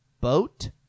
boat